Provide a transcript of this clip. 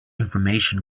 information